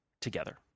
together